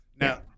Now